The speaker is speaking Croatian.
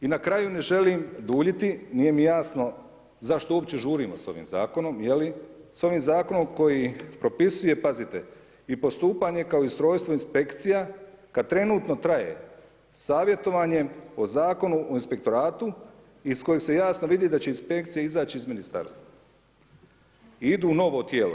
I na kraju ne želim duljiti, nije mi jasno zašto uopće žurimo s ovim zakonom, s ovim zakonom koji propisuje i postupanje kao i ustrojstvo inspekcija kad trenutno traje savjetovanje o zakonu o inspektoratu iz kojeg se jasno vidi da će inspekcija izać iz ministarstva i idu u novo tijelo.